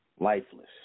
lifeless